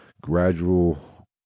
gradual